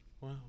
Wow